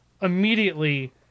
immediately